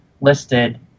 listed